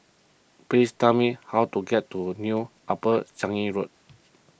please tell me how to get to New Upper Changi Road